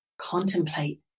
Contemplate